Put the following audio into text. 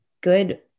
good